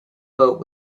boat